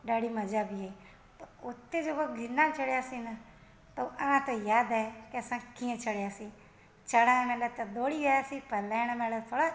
ॾाढी मज़ा बि आई उते जेको गिरनार चढ़ियासीं न त जो अञा ताईं यादि आहे कि असां कीअं चढ़ियासीं चढ़ाणु महिल त ॿोड़ी वियासीं पर लहड़ महिल फड़क